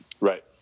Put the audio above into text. Right